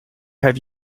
have